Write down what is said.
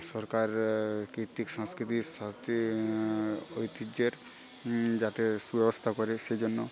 সরকার কীর্তিক সংস্কৃতির স্বার্থে ঐতিহ্যের যাতে সুব্যবস্থা করে সেজন্য